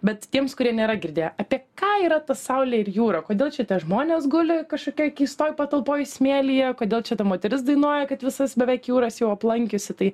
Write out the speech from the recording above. bet tiems kurie nėra girdėję apie ką yra ta saulė ir jūra kodėl čia tie žmonės guli kažkokioj keistoj patalpoje smėlyje kodėl čia ta moteris dainuoja kad visas beveik jūras jau aplankiusi tai